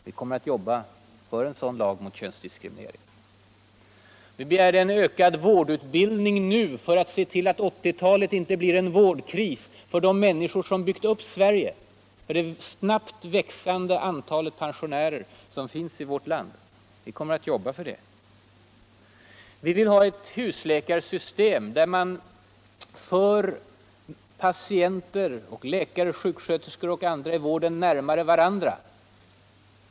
Vi kommer att jobba för en sådan lag mot könsdiskriminering. Vi begärde en ökad vårdutbildning nu för att se till att 1980-talet inte kommer att medföra en vårdkris för de minniskor som byggt upp Sverige. för det snabbt växande antalet pensionärer som finns i vårt land. Vi kommer att jobba för det. Vi vill ha ett husläkarsystem där man för putienter. läkare och sjuksköterskor och andra i vården närmare varandra.